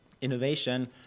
innovation